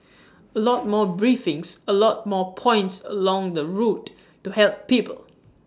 A lot more briefings A lot more points along the route to help people